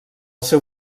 seu